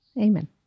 Amen